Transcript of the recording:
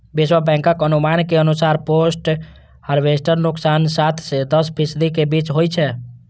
विश्व बैंकक अनुमान के अनुसार पोस्ट हार्वेस्ट नुकसान सात सं दस फीसदी के बीच होइ छै